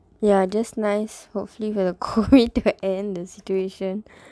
ya just nice hopefully for the COVID to end the situation